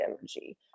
energy